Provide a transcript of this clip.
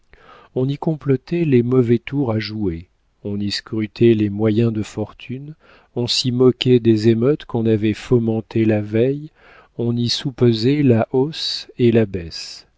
on y complotait les mauvais tours à jouer on y scrutait les moyens de fortune on s'y moquait des émeutes qu'on avait fomentées la veille on y soupesait la hausse et la baisse